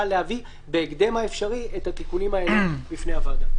להביא בהקדם האפשרי את התיקונים האלה בפני הוועדה.